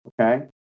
okay